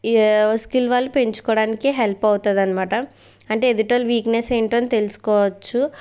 ఏ skill వాళ్ళు పెంచుకోడానికే help అవుతుందన్నమాట అంటే ఎదుటి వాళ్ళ వీక్నెస్ ఏంటని తెలుసుకోవచ్చు